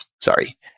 sorry